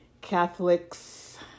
Catholics